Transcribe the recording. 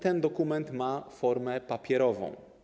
Ten dokument ma formę papierową.